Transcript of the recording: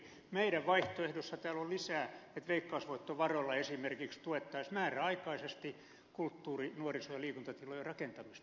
meidän vaihtoehdossa täällä on lisää että veikkausvoittovaroilla esimerkiksi tuettaisiin määräaikaisesti kulttuuri nuoriso ja liikuntatilojen rakentamista